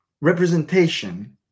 representation